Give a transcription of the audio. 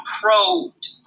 probed